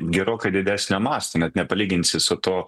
gerokai didesnio masto net nepalyginsi su tuo